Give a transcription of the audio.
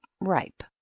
ripe